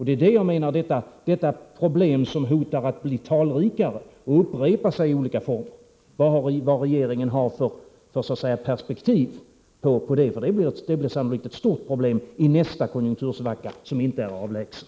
Det är detta problem som enligt min mening hotar att bli talrikare så att säga. Det kommer att upprepa sig i olika former. Vad har regeringen för perspektiv på det problemet, för detta blir sannolikt ett stort problem i nästa konjunktursvacka — som inte är avlägsen?